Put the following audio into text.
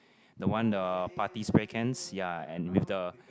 the one the party spray cans ya and with the